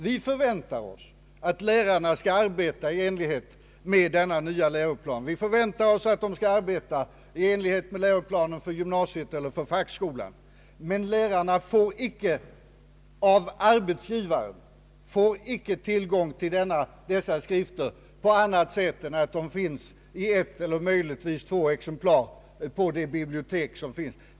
Vi förväntar oss att lärarna skall arbeta i enlighet med läroplanen för grundskolan, gymnasiet och fackskolan, men lärarna får icke av arbetsgivaren tillgång till dessa skrifter på annat sätt än att de nya läroplanerna finns i ett eller möjligtvis två exemplar på biblioteket.